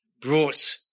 brought